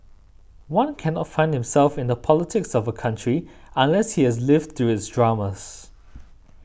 one can not find himself in the politics of a country unless he has lived through its dramas